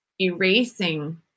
erasing